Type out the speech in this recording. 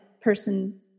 person